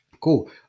Cool